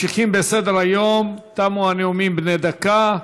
תמו הנאומים בני דקה.